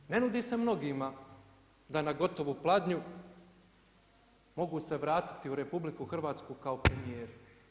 Ali, ne nude se mnogima da na gotovu pladnju, mogu se vratiti u RH kao premjeru.